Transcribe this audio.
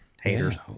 haters